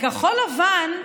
לכחול לבן,